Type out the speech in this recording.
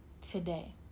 today